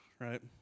right